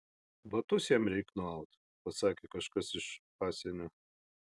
batus jam reik nuaut pasakė kažkas iš pasienio